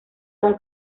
con